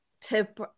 tip